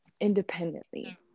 independently